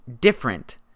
different